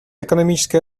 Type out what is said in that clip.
экономическое